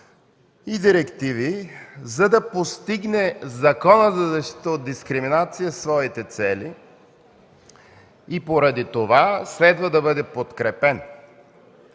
и директиви, за да постигне Законът за защита от дискриминация своите цели и поради това следва да бъде подкрепен.